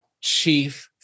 Chief